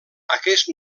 aquest